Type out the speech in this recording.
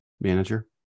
manager